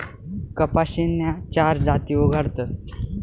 कपाशीन्या चार जाती उगाडतस